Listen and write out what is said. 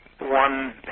one